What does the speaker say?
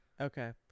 okay